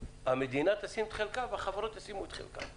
המדינה תשים את חלקה והחברות ישימו את חלקן.